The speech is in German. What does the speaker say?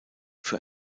für